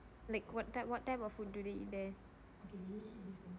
like what type what type of food do they eat there